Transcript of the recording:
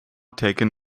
taken